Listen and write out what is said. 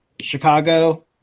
Chicago